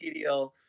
PDL